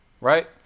right